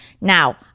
Now